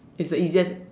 it's the easiest